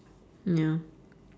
mm ya